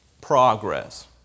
progress